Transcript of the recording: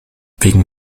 wegen